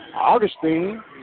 Augustine